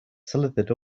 slithered